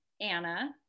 Anna